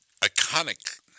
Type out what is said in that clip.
iconic